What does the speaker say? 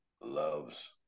loves